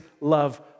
love